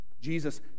Jesus